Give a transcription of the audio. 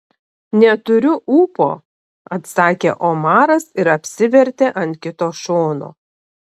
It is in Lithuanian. neturiu ūpo atsakė omaras ir apsivertė ant kito šono